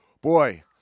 boy